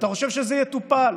אתה חושב שזה יטופל,